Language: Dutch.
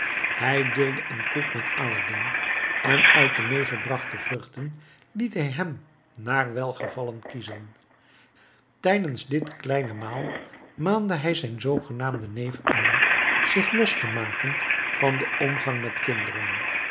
hij deelde een koek met aladdin en uit de meegebrachte vruchten liet hij hem naar welgevallen kiezen tijdens dit kleine maal maande hij zijn zoogenaamden neef aan zich los te maken van den omgang met kinderen